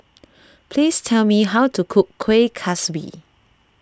please tell me how to cook Kueh Kaswi